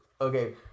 Okay